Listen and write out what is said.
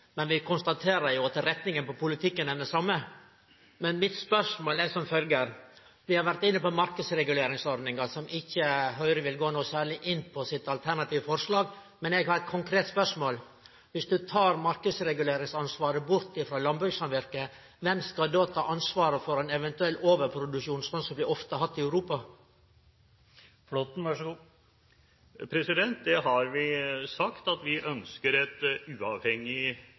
men vi konstaterer jo at retninga på politikken er den same. Vi har vore inne på marknadsreguleringsordninga, som Høgre ikkje vil gå noko særleg inn på i sitt alternative forslag, men eg har eit konkret spørsmål: Viss ein tek marknadsreguleringsansvaret bort frå landbrukssamvirket, kven skal då ta ansvaret for ein eventuell overproduksjon – slik vi ofte har hatt i Europa? Vi har sagt at vi ønsker et uavhengig